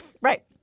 Right